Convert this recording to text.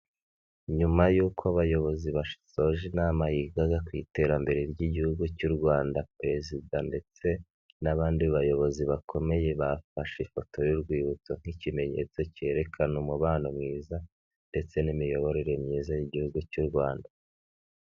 Nyuma y'uko abayobozi basoje inama yigaga ku iterambere ry'igihugu cy'u Rwanda, perezida ndetse n'abandi bayobozi bakomeye bafashe ifoto y'urwibutso nk'ikimenyetso cyerekana umubano mwiza ndetse n'imiyoborere myiza y'igihugu cy'u Rwanda.